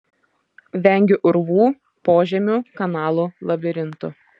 vengiu urvų požemių kanalų labirintų